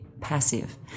passive